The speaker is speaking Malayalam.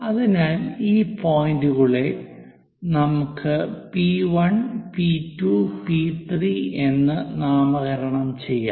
അതിനാൽ ഈ പോയിന്റുകളെ നമുക്ക് P1 P2 P3 എന്ന് നാമകരണം ചെയ്യാം